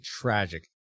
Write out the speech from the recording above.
tragic